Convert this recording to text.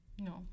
No